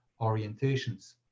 orientations